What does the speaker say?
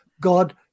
God